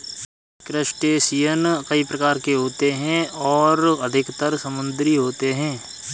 crustacean कई प्रकार के होते हैं और अधिकतर समुद्री होते हैं